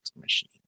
machine